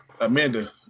Amanda